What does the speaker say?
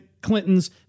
Clinton's